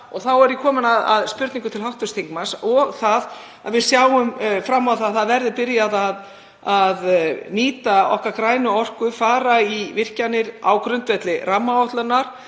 Og þá er ég komin að spurningu til hv. þingmanns, og að við sjáum fram á að byrjað verði að nýta okkar grænu orku, fara í virkjanir á grundvelli rammaáætlunar,